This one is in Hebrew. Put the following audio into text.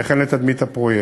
וכן לתדמית הפרויקט.